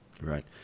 Right